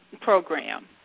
program